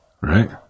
Right